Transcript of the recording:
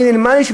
המינימלית,